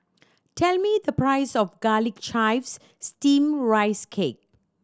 tell me the price of Garlic Chives Steamed Rice Cake